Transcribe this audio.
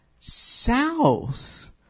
south